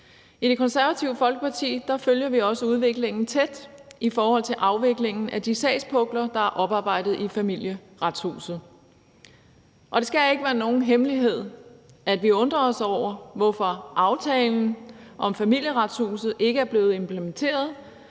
I Det Konservative Folkeparti følger vi også udviklingen tæt i forhold til afviklingen af de sagspukler, der er oparbejdet i Familieretshuset. Og det skal ikke være nogen hemmelighed, at vi undrer os over, hvorfor aftalen om Familieretshuset, herunder økonomien